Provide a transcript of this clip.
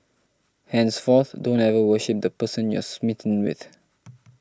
henceforth don't ever worship the person you're smitten with